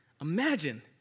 imagine